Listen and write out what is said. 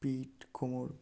পিঠ কোমর